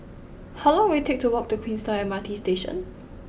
how long will it take to walk to Queenstown M R T Station